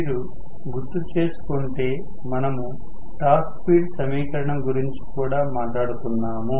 మీరు గుర్తుచేసుకుంటే మనము టార్క్ స్పీడ్ సమీకరణం గురించి కూడా మాట్లాడుకున్నాము